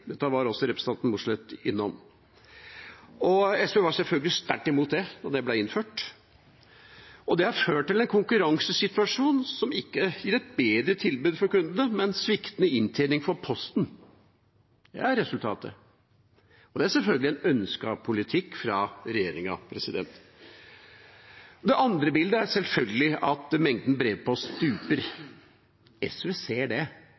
Dette var også representanten Mossleth innom. SV var selvfølgelig sterkt imot det da det ble innført. Det har ført til en konkurransesituasjon som ikke gir et bedre tilbud til kundene, men sviktende inntjening for Posten. Det er resultatet. Det er selvfølgelig en ønsket politikk fra regjeringas side. Det andre bildet er selvfølgelig at mengden brevpost stuper. SV ser at brevpostmengden stuper. Men vi mener likevel det